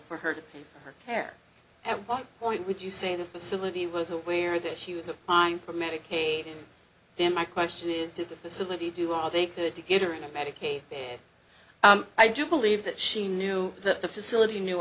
for her to her care at what point would you say the facility was aware that she was applying for medicaid and my question is did the facility do all they could to get her into medicaid i do believe that she knew that the facility knew